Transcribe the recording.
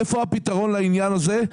איפה הפתרון לעניין הזה?